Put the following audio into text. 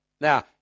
Now